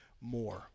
More